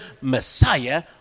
Messiah